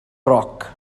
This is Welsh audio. roc